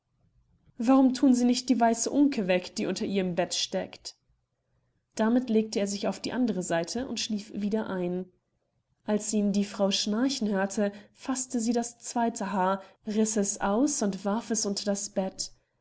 warum thun sie nicht die weiße unke weg die unter ihrem bett steckt damit legte er sich auf die andere seite und schlief wieder ein als ihn die frau schnarchen hörte faßte sie das zweite haar riß es aus und warf es unter das bett